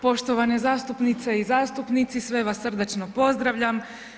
Poštovane zastupnice i zastupnici, sve vas srdačno pozdravljam.